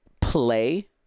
play